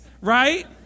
Right